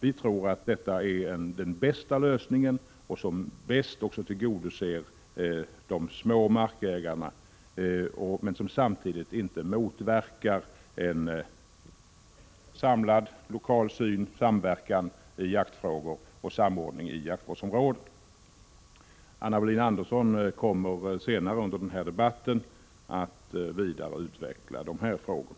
Vi tror att detta är den lösning som bäst tillgodoser de små markägarna men som samtidigt inte motverkar en samlad lokal syn och samverkan i fråga om jaktfrågor och jaktvård. Anna Wohlin-Andersson kommer senare under denna debatt att vidare utveckla dessa frågor.